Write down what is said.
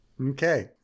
Okay